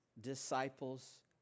disciples